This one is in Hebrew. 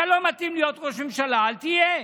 אתה לא מתאים להיות ראש ממשלה, אל תהיה.